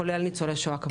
כולל ניצולי שואה כמובן.